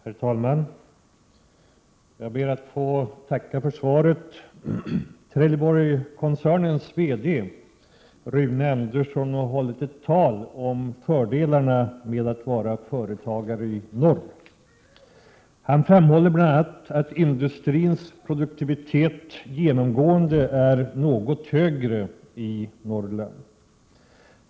Herr talman! Jag ber att få tacka för svaret. Trelleborgskoncernens VD, Rune Andersson, har hållit ett tal om fördelarna med att vara företagare i norr. Han framhåller bl.a. att ”industrins produktivitet genomgående är något högre i Norrland”.